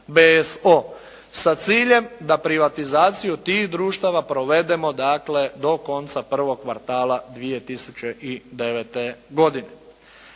BSO sa ciljem da privatizaciju tih društava provedemo dakle do konca prvog kvartala 2009. godine.